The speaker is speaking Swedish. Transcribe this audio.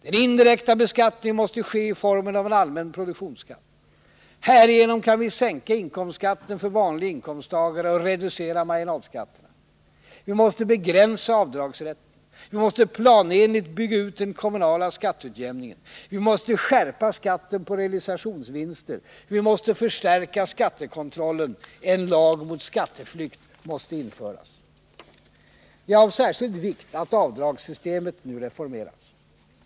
Den indirekta beskattningen måste ske i formen av en allmän produktionsskatt. Härigenom kan vi sänka inkomstskatten för vanliga inkomsttagare och reducera marginalskatterna. Vi måste begränsa avdragsrätten. Vi måste planenligt bygga ut den kommunala skatteutjämningen. Vi måste skärpa skatten på realisationsvinster. Vi måste förstärka skattekontrollen. En lag mot skatteflykt måste införas. Det är av särskild vikt att avdragssystemet nu reformeras.